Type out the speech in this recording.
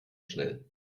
schnell